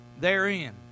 therein